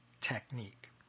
technique